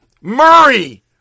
Murray